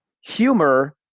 humor